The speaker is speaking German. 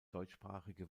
deutschsprachige